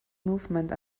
movement